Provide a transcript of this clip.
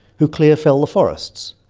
who clearfell the forests,